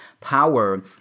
power